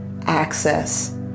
access